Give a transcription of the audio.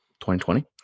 2020